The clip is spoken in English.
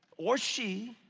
or she,